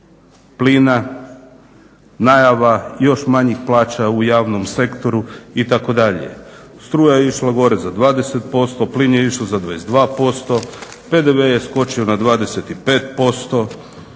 plina, najava još manjih plaća u javnom sektoru itd. Struja je išla gore za 20%, plin je išao za 22%, PDV je skočio na 25%.